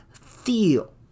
feel